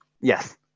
Yes